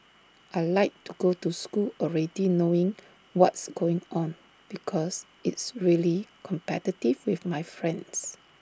I Like to go to school already knowing what's going on because it's really competitive with my friends